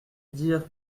dire